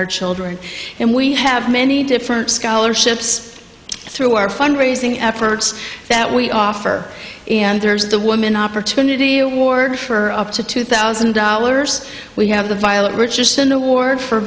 our children and we have many different scholarships through our fund raising efforts that we offer and there is the woman opportunity award for up to two thousand dollars we have the violet richest an award for